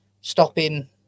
stopping